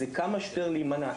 זה כמה שיותר להימנע.